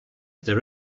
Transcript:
there